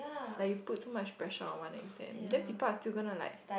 like you put so much pressure on one exam then people are still gonna like